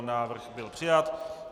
Návrh byl přijat.